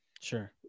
Sure